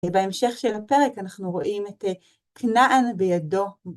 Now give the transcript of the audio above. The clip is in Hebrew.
בהמשך של הפרק אנחנו רואים את כנען בידו.